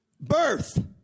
Birth